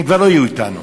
הם כבר לא יהיו אתנו.